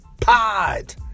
Pod